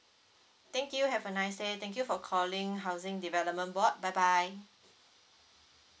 thank you have a nice day thank you for calling housing development board bye bye